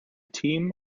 team